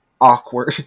awkward